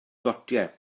gotiau